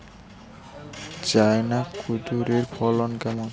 China কুঁদরীর ফলন কেমন?